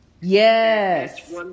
Yes